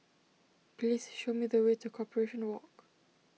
please show me the way to Corporation Walk